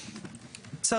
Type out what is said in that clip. סבים.